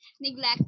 neglect